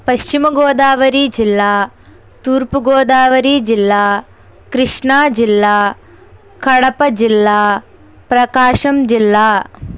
పశ్చిమగోదావరి జిల్లా తూర్పు గోదావరి జిల్లా కృష్ణా జిల్లా కడప జిల్లా ప్రకాశం జిల్లా